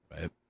right